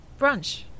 Brunch